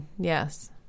Yes